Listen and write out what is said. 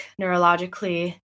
neurologically